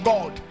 God